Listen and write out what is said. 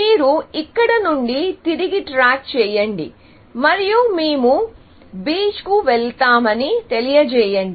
మీరు ఇక్కడి నుండి తిరిగి ట్రాక్ చేయండి మరియు మేము బీచ్కు వెళ్తామని తెలియజేయండి